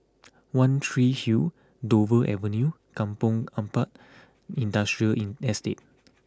One Tree Hill Dover Avenue Kampong Ampat Industrial Inn Estate